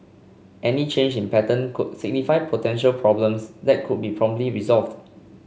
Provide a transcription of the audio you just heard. any change in pattern could signify potential problems that could be promptly resolved